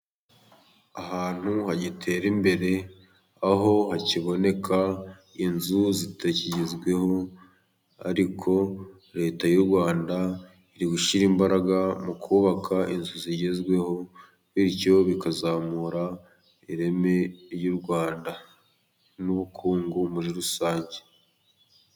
Ahantu hagitera imbere aho hakiboneka inzu zitakigezweho. Ariko Leta y'u Rwanda iri gushyira imbaraga mu kubaka inzu zigezweho bityo bikazamura ireme ry'u Rwanda n'ubukungu muri rusange.